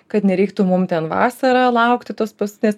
kad nereiktų mum ten vasarą laukti tos paskutinės